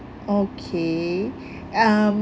okay um